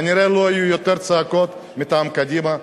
כנראה לא יהיו יותר צעקות מטעם קדימה,